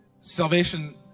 salvation